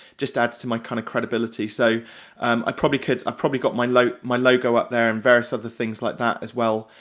just adds to my kinda credibility, so i probably could, i've probably got my like my logo up there and various other things like that as well,